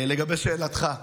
לגבי שאלתך,